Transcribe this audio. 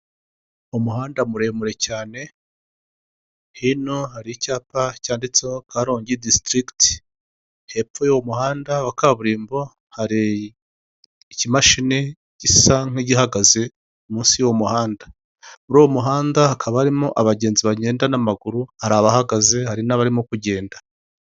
Umuhanda muremure cyane hino hari icyapa cyanditseho Karongi disitirikiti, hepfo y'uwo muhanda wa kaburimbo hari ikimashini gisa nk'igihagaze muri uwo muhanda muri uwo muhanda hakaba harimo abagenzi bagenda n'amaguru hari abahagaze hari n'abarimo kugenda.